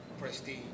Prestige